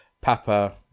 Papa